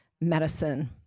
medicine